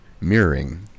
Mirroring